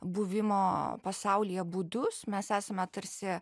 buvimo pasaulyje būdus mes esame tarsi